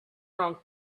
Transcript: wrong